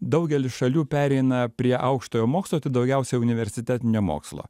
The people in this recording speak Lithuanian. daugelis šalių pereina prie aukštojo mokslo tai daugiausia universitetinio mokslo